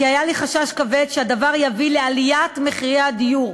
כי היה לי חשש כבד שהדבר יביא לעליית מחירי הדיור,